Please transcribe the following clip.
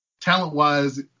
talent-wise